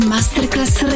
Masterclass